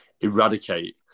eradicate